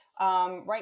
Right